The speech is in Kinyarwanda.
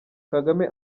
kagame